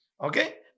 Okay